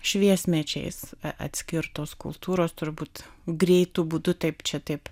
šviesmečiais atskirtos kultūros turbūt greitu būdu taip čia taip